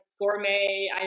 gourmet